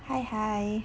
hi hi